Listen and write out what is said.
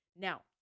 Now